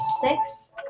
Six